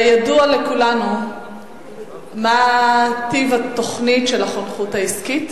הרי ידוע לכולנו מה טיב התוכנית של החונכות העסקית